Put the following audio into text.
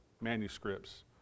manuscripts